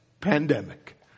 pandemic